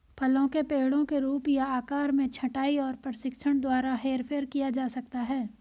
फलों के पेड़ों के रूप या आकार में छंटाई और प्रशिक्षण द्वारा हेरफेर किया जा सकता है